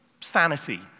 sanity